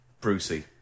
Brucey